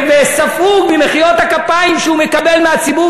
וספוג במחיאות הכפיים שהוא מקבל מהציבור